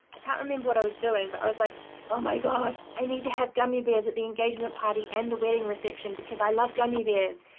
i can't remember what i was doing, but i was like oh my god, i need to have gummi bears at the engagement party and the wedding reception, because i love gummi bears!